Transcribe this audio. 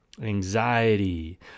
anxiety